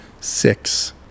six